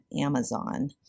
Amazon